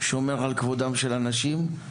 שומר על כבודם של אנשים,